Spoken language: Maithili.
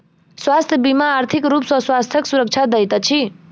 स्वास्थ्य बीमा आर्थिक रूप सॅ स्वास्थ्यक सुरक्षा दैत अछि